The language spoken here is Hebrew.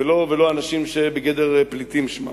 ולא אנשים שבגדר פליטים שמם.